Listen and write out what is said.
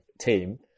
team